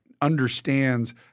understands